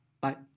bye